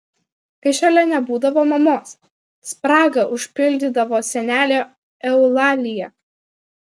kai šalia nebūdavo mamos spragą užpildydavo senelė eulalija